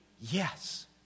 Yes